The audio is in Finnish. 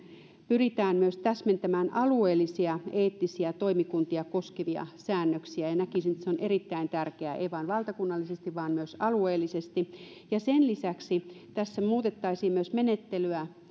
pyritään myös täsmentämään alueellisia eettisiä toimikuntia koskevia säännöksiä näkisin että se on erittäin tärkeää ei vain valtakunnallisesti vaan myös alueellisesti sen lisäksi tässä muutettaisiin myös menettelyä